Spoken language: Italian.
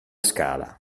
scala